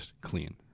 clean